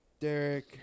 Derek